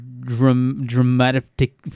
dramatic